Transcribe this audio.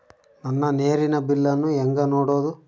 ನನ್ನ ನೇರಿನ ಬಿಲ್ಲನ್ನು ಹೆಂಗ ನೋಡದು?